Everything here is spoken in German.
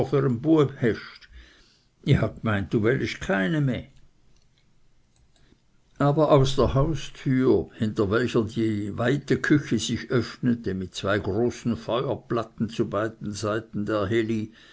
i ha gmeint du wellist kene meh aber aus der haustür hinter welcher die weite küche sich öffnete mit zwei großen feuerplatten zu beiden seiten der heli